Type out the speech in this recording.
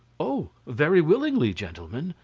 oh! very willingly, gentlemen,